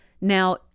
Now